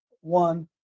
one